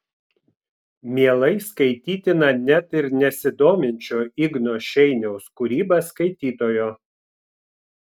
mielai skaitytina net ir nesidominčio igno šeiniaus kūryba skaitytojo